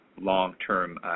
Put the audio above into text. long-term